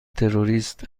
توریست